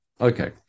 Okay